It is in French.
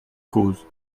cause